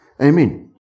Amen